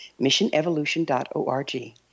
missionevolution.org